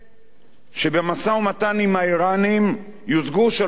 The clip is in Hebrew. שבמשא-ומתן עם האירנים יושגו שלוש דרישות: